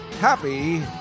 Happy